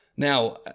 Now